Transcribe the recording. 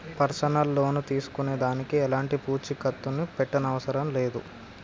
personal loan తీసుకునే దానికి ఎలాంటి పూచీకత్తుని పెట్టనవసరం లేదు